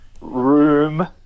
room